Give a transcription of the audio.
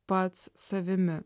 pats savimi